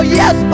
yes